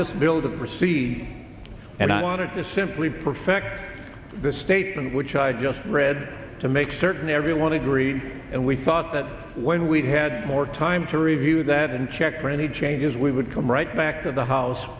this bill to proceed and i wanted to simply perfect the statement which i just read to make certain everyone agree and we thought that when we had more time to review that and check for any changes we would come right back to the house